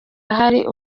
hari